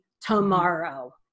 tomorrow